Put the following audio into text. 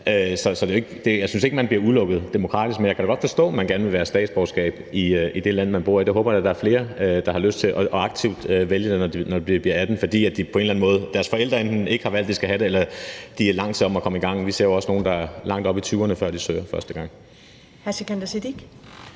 jeg synes ikke, man bliver udelukket demokratisk. Men jeg kan da godt forstå, at man gerne vil have statsborgerskab i det land, man bor i, og jeg håber da, der er flere, der har lyst til aktivt at vælge det, når de bliver 18, enten fordi deres forældre ikke har valgt, de skal have det, eller fordi de er lang tid om at komme i gang. Vi ser jo også nogle, der er langt oppe i 20'erne, før de søger første gang.